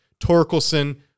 Torkelson